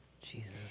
Jesus